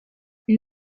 une